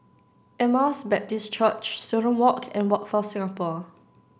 Emmaus Baptist Church Student Walk and Workforce Singapore